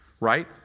Right